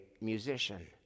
musician